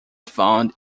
found